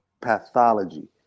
pathology